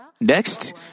Next